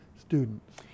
students